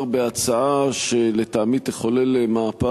התשע"ב 2012, של חבר הכנסת יריב לוין.